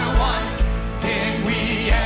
once did we